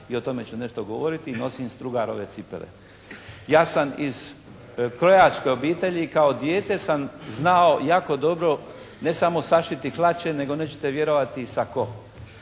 i o tome ću nešto govoriti i nosim "Strugarove" cipele. Ja sam iz krojačke obitelji, kao dijete sam znao jako dobro ne samo sašiti hlače nego nećete vjerovati i sako.